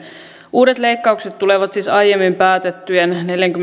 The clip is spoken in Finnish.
uudet leikkaukset tulevat siis aiemmin päätettyjen